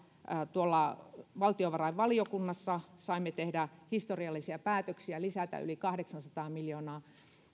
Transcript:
valtiovarainvaliokunnassa saimme tehdä historiallisia päätöksiä lisätä yli kahdeksansataa miljoonaa